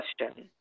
question